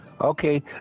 okay